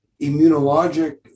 immunologic